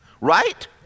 Right